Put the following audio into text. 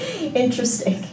interesting